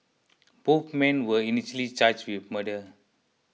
both men were initially charged with murder